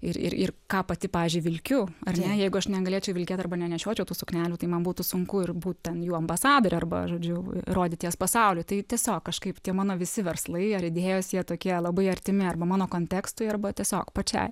ir ir ir ką pati pavyzdžiui vilkiu ar ne jeigu aš negalėčiau vilkėt arba nenešiočiau tų suknelių tai man būtų sunku ir būt ten jų ambasadore arba žodžiu rodyt jas pasauliui tai tiesiog kažkaip tie mano visi verslai ar idėjos jie tokie labai artimi arba mano kontekstui arba tiesiog pačiai